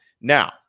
Now